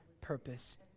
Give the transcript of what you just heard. purpose